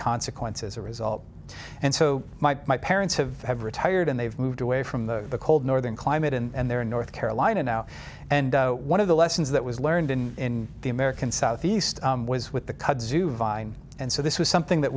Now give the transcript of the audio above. consequences a result and so my parents have had retired and they've moved away from the cold northern climate and they're in north carolina now and one of the lessons that was learned in the american southeast was with the kudzu vine and so this was something that